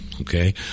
okay